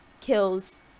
kills